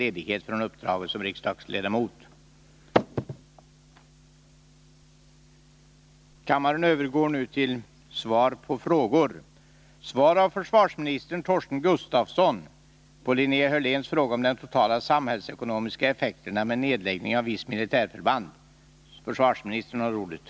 I fallet A 6 torde en jämförelse med effekterna av en eventuell nedläggning av A 1 i Linköping vara relevant. Är försvarsministern beredd att innan en proposition om nedläggning av vissa försvarsförband läggs låta undersöka vilka de totala samhällsekonomiska effekterna kan tänkas bli av en eventuell nedläggning av A 6 i Jönköping resp. A 1i Linköping?